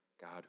God